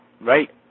right